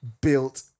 built